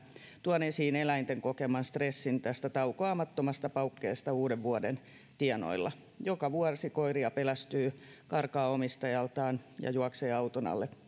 tuon esiin eläinten kokeman stressin tästä taukoamattomasta paukkeesta uuden vuoden tienoilla joka vuosi koiria pelästyy karkaa omistajaltaan ja juoksee auton alle